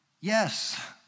yes